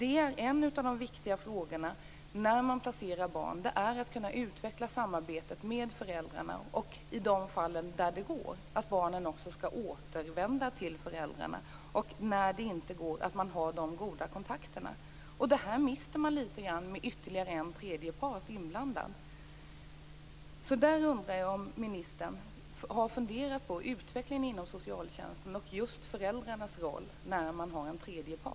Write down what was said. En av de viktiga åtgärderna när man placerar barn är att kunna utveckla samarbetet med föräldrarna. I de fall där det går skall barnen också återvända till föräldrarna. När det inte går är det viktigt att man har de goda kontakterna. Litet av det här mister man med ytterligare en part inblandad. Jag undrar om ministern har funderat på utvecklingen inom socialtjänsten och just föräldrarnas roll när man har en tredje part.